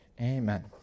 Amen